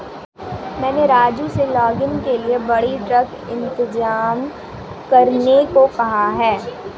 मैंने राजू से लॉगिंग के लिए बड़ी ट्रक इंतजाम करने को कहा है